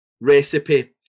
recipe